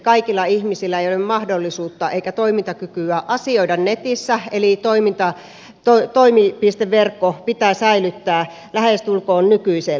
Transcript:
kaikilla ihmisillä ei ole mahdollisuutta eikä toimintakykyä asioida netissä eli toimipisteverkko pitää säilyttää lähestulkoon nykyisellään